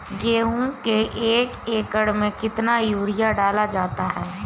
गेहूँ के एक एकड़ में कितना यूरिया डाला जाता है?